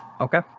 Okay